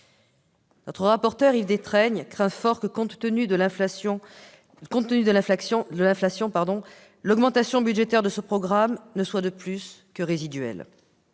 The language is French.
Notre rapporteur pour avis Yves Détraigne craint fort que, compte tenu de l'inflation, l'augmentation budgétaire de ce programme ne soit finalement que résiduelle